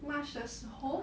march 的时候